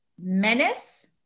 Menace